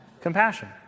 Compassion